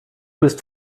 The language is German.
bist